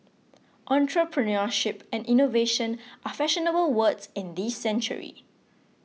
entrepreneurship and innovation are fashionable words in this century